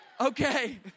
Okay